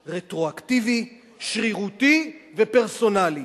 רטרואקטיבי, שרירותי ופרסונלי.